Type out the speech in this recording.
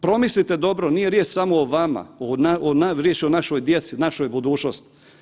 Promislite dobro, nije riječ samo o vama, riječ je o našoj djeci, našoj budućnosti.